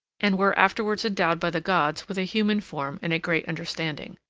and were afterwards endowed by the gods with a human form and great understanding.